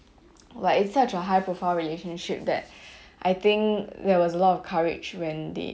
but it's such a high profile relationship that I think there was a lot of courage when they